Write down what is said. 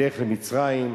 בדרך למצרים.